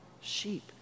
sheep